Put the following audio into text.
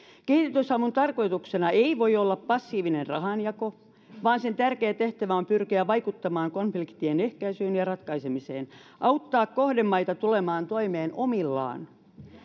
kehitysavun tarkoituksena ei voi olla passiivinen rahanjako vaan sen tärkein tehtävä on pyrkiä vaikuttamaan konfliktien ehkäisyyn ja ratkaisemiseen auttaa kohdemaita tulemaan toimeen omillaan